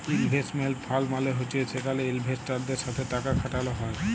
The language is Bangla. ইলভেস্টমেল্ট ফাল্ড মালে হছে যেখালে ইলভেস্টারদের সাথে টাকা খাটাল হ্যয়